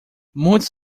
muitos